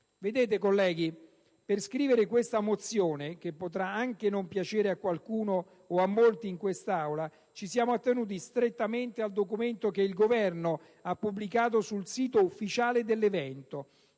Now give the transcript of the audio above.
Vedete, colleghi, per scrivere questa mozione, che potrà anche non piacere a qualcuno o a molti in quest'Aula, ci siamo attenuti strettamente al documento che il Governo ha pubblicato sul sito ufficiale dell'evento,